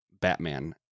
Batman